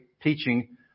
teaching